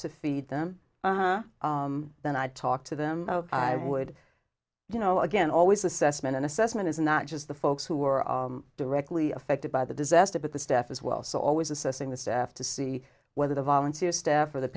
them then i'd talk to them i would you know again always assessment an assessment is not just the folks who are directly affected by the disaster but the staff as well so always assessing the staff to see whether the volunteer staff or the